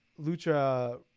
Lucha